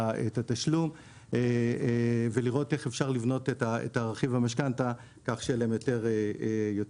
התשלום ולראות איך אפשר לבנות את רכיב המשכנתא כך שיהיה להם יותר קל.